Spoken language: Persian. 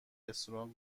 رستوران